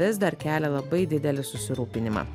vis dar kelia labai didelį susirūpinimą